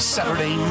Saturday